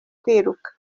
kwiruka